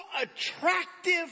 attractive